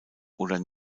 oder